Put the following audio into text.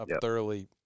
thoroughly